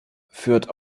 führt